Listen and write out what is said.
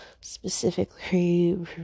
specifically